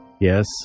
yes